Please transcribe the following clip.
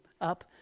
up